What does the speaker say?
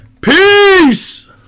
Peace